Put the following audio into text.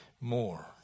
more